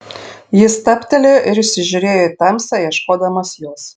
jis stabtelėjo ir įsižiūrėjo į tamsą ieškodamas jos